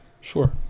Sure